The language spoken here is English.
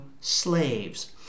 slaves